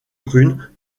brunes